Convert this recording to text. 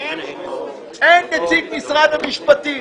לא נמצא כאן נציג משרד המשפטים.